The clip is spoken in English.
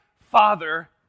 Father